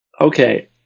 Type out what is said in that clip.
Okay